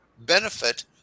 benefit